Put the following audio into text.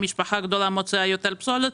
שמשפחה גדולה מוציאה יותר פסולת,